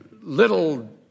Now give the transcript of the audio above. little